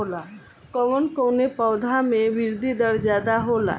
कवन कवने पौधा में वृद्धि दर ज्यादा होला?